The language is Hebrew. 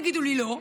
אל תגידו לי לא.